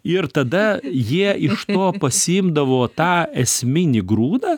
ir tada jie iš to pasiimdavo tą esminį grūdą